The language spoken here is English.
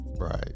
right